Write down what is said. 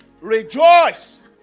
Rejoice